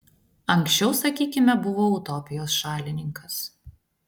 anksčiau sakykime buvau utopijos šalininkas